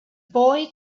boy